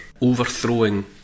overthrowing